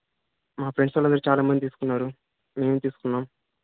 మా ఫ్రెండ్స్ వాళ్ళందరు చాలా మంది తీసుకున్నారు మేము తీసుకున్నాం